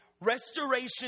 ...restoration